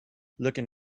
looking